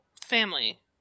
family